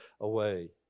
away